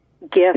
Gift